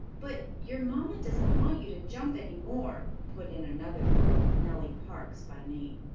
but your mamma doesn't want you to jump any more, put in another girl, nellie parks by name.